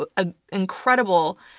ah ah incredible,